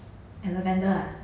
at lavender ah